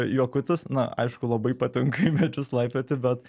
juokutis na aišku labai patinka į medžius laipioti bet